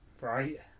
Right